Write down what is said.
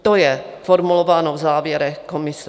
To je formulováno v závěrech komise.